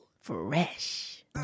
Fresh